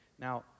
now